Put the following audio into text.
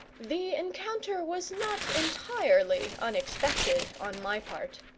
the encounter was not entirely unexpected on my part.